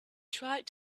tried